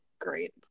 great